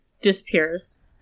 disappears